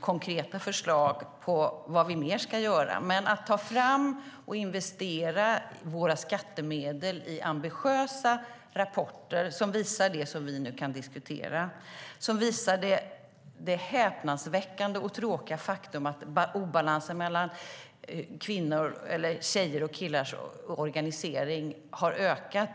konkreta förslag från Isak From på vad vi mer ska göra. Vi tar fram och investerar våra skattemedel i ambitiösa rapporter som visar det som vi nu kan diskutera: det häpnadsväckande och tråkiga faktum att obalansen mellan tjejers och killars organisering har ökat.